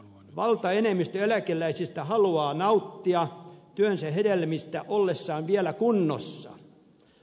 valtaenemmistö eläkeläisistä haluaa nauttia työnsä hedelmistä olleessaan vielä kunnossa